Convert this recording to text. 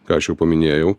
ką aš jau paminėjau